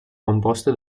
composte